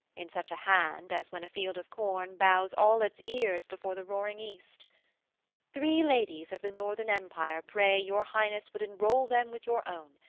in such a hand as when a field of corn bows all its ears before the roaring east three ladies of the northern empire pray your highness would enroll them with your own,